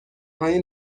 های